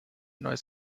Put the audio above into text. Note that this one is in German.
neues